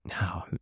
No